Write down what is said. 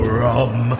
rum